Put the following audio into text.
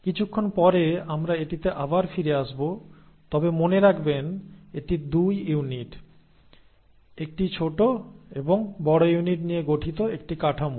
কিছুক্ষণ পরে আমরা এটিতে আবার ফিরে আসব তবে মনে রাখবেন এটি 2 ইউনিট একটি ছোট এবং বড় ইউনিট নিয়ে গঠিত একটি কাঠামো